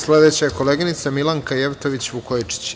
Sledeća je koleginica Milanka Jevtović Vukojičić.